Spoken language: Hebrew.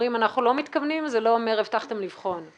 כשאומרים "אנחנו לא מתכוונים" זה לא אומר "הבטחתם לבחון",